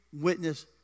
witness